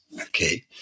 Okay